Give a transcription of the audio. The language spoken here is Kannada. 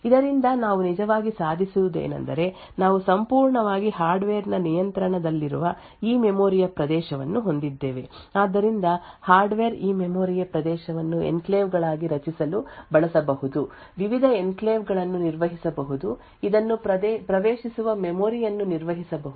ಇದರಿಂದ ನಾವು ನಿಜವಾಗಿ ಸಾಧಿಸುವುದೇನೆಂದರೆ ನಾವು ಸಂಪೂರ್ಣವಾಗಿ ಹಾರ್ಡ್ವೇರ್ನ ನಿಯಂತ್ರಣದಲ್ಲಿರುವ ಈ ಮೆಮೊರಿಯ ಪ್ರದೇಶವನ್ನು ಹೊಂದಿದ್ದೇವೆ ಆದ್ದರಿಂದ ಹಾರ್ಡ್ವೇರ್ ಈ ಮೆಮೊರಿಯ ಪ್ರದೇಶವನ್ನು ಎನ್ಕ್ಲೇವ್ಗಳನ್ನು ರಚಿಸಲು ಬಳಸಬಹುದು ವಿವಿಧ ಎನ್ಕ್ಲೇವ್ಗಳನ್ನು ನಿರ್ವಹಿಸಬಹುದು ಇದನ್ನು ಪ್ರವೇಶಿಸುವ ಮೆಮೊರಿಯನ್ನು ನಿರ್ವಹಿಸಬಹುದು